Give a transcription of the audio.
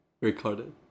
recorded